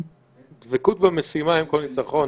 רק הדבקות במשימה היא אם כל ניצחון,